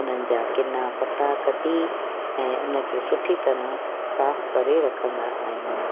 उन्हनि जा किना पता कढी ऐं उनखे सुठी तरहं साफ़ु करे रखंदा आहियूं